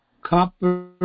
copper